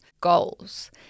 goals